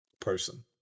person